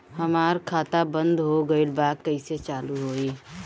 हमार खाता बंद हो गइल बा कइसे चालू होई?